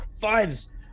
Fives